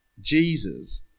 Jesus